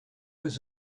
was